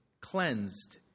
cleansed